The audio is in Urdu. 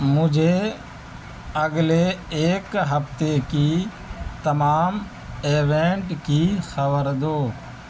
مجھے اگلے ایک ہفتے کی تمام ایونٹ کی خبر دو